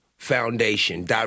Foundation